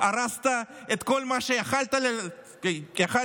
הרסת את כל מה שיכולת להרוס.